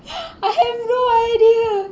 I have no idea